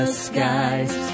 skies